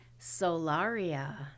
Solaria